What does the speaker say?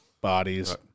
Bodies